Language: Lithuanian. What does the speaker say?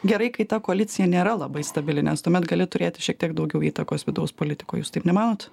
gerai kai ta koalicija nėra labai stabili nes tuomet gali turėti šiek tiek daugiau įtakos vidaus politikoj jūs taip nemanot